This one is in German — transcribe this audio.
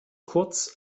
kurz